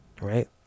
Right